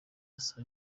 asaba